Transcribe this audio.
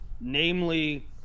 Namely